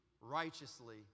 righteously